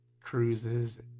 cruises